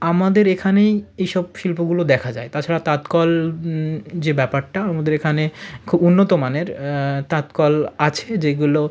আমাদের এখানেই এইসব শিল্পগুলো দেখা যায় তাছাড়া তাঁত কল যে ব্যাপারটা আমাদের এখানে খুব উন্নত মানের তাঁত কল আছে যেগুলো